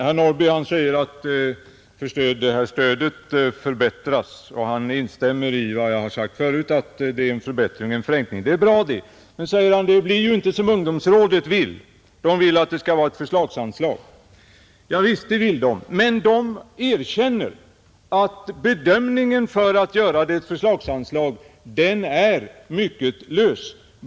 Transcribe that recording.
Herr talman! Herr Norrby instämmer i vad jag förut sagt att det här stödet är en förbättring och en förenkling. Det är bra. Men, säger han, det blir inte som ungdomsrådet vill — rådet vill att det skall vara ett förslagsanslag. Javisst, men ungdomsrådet erkänner att bedömningen för att göra stödet till ett förslagsanslag är mycket lös.